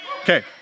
Okay